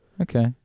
Okay